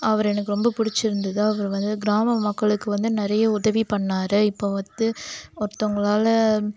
அவர் எனக்கு ரொம்ப பிடிச்சிருந்துது அவரு வந்து கிராம மக்களுக்கு வந்து நிறைய உதவி பண்ணிணாரு இப்போது வந்து ஒருத்தவங்களால